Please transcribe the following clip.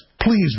Please